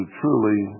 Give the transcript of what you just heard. truly